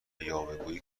یاوهگویی